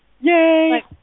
Yay